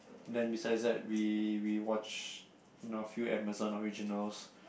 then besides that we we watch you know few Amazon originals